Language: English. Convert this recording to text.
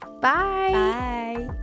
Bye